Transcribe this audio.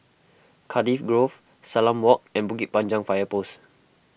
Cardiff Grove Salam Walk and Bukit Panjang Fire Post